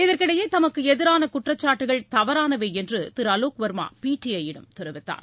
இதற்கிடையே தமக்கு எதிரான குற்றச்சாட்டுகள் தவறானவை என்று திரு அலோக் வர்மா பிடிஐ யிடம் தெரிவித்தார்